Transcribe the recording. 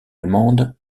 allemande